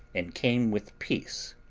and came with peace.